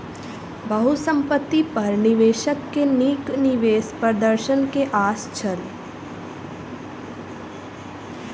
बहुसंपत्ति पर निवेशक के नीक निवेश प्रदर्शन के आस छल